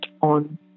on